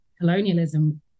colonialism